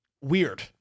weird